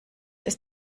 ist